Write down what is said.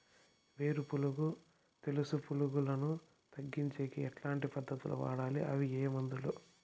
వేరు పులుగు తెలుసు పులుగులను తగ్గించేకి ఎట్లాంటి పద్ధతులు వాడాలి? అవి ఏ మందులు?